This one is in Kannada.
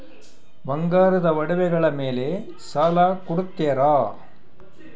ಬಂಗಾರದ ಒಡವೆಗಳ ಮೇಲೆ ಸಾಲ ಕೊಡುತ್ತೇರಾ?